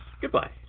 goodbye